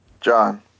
John